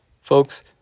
Folks